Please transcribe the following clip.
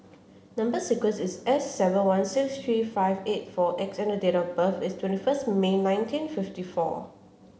number sequence is S seven one six three five eight four X and date of birth is twenty first May nineteen fifty four